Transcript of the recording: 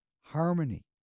harmony